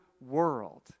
world